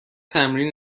تمرین